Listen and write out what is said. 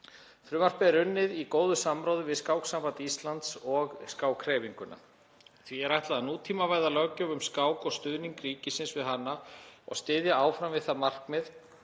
Frumvarpið er unnið í góðu samráði við Skáksamband Íslands og skákhreyfinguna. Því er ætlað að nútímavæða löggjöf um skák og stuðning ríkisins við hana og styðja áfram við það markmið